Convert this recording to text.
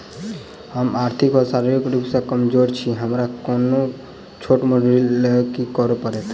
हम आर्थिक व शारीरिक रूप सँ कमजोर छी हमरा कोनों छोट मोट ऋण लैल की करै पड़तै?